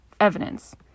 evidence